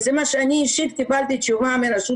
וזו תשובה שאני אישית קיבלתי מרשות